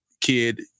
kid